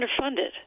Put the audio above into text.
underfunded